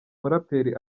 muraperi